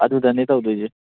ꯑꯗꯨꯗꯅꯦ ꯇꯧꯗꯣꯏꯁꯦ